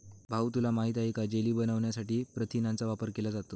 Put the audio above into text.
भाऊ तुला माहित आहे का जेली बनवण्यासाठी प्रथिनांचा वापर केला जातो